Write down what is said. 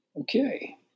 okay